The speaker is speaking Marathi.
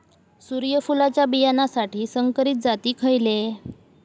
सूर्यफुलाच्या बियानासाठी संकरित जाती खयले?